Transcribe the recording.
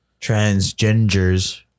Transgenders